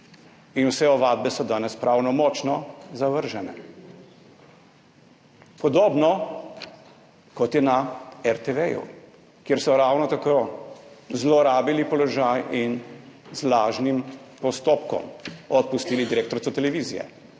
In vse ovadbe so danes pravnomočno zavržene. Podobno kot je na RTV, kjer so ravno tako zlorabili položaj in z lažnim postopkom odpustili direktorico televizije,